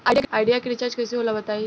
Idea के recharge कइसे होला बताई?